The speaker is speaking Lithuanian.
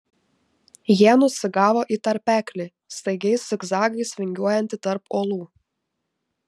jie nusigavo į tarpeklį staigiais zigzagais vingiuojantį tarp uolų